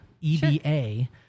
E-B-A